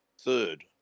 third